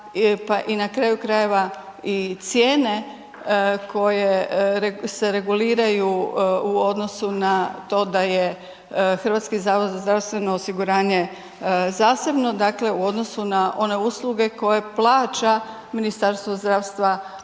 pa i na kraju krajeva i cijene koje se reguliraju u odnosu na to da je HZZO zasebno, dakle u odnosu na one usluge koje plaća Ministarstvo zdravstva